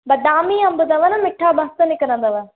बदामी अंब अथव मीठा मस्त निकरंदव